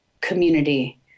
community